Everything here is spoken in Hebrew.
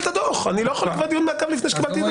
אני לא יכול לקבוע דיון מעקב לפני שקיבלתי דוח.